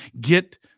get